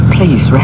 Please